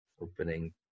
opening